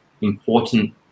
important